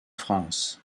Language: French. france